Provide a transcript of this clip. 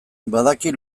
badaki